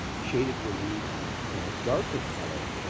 shaded relief in a darker color,